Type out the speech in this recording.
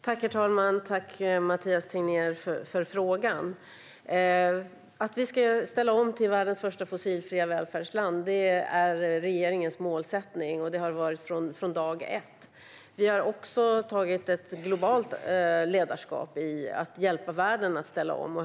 Herr talman! Tack, Mathias Tegnér, för frågan! Att vi ska ställa om till att bli världens första fossilfria välfärdsland är regeringens målsättning, och det har det varit från dag ett. Vi har också tagit ett globalt ledarskap i att hjälpa världen att ställa om.